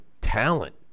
talent